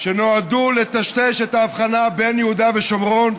שנועדו לטשטש את ההבחנה בין יהודה ושומרון